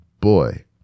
boy